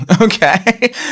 Okay